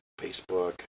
Facebook